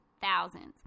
thousands